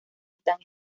están